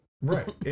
Right